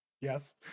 Yes